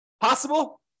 Possible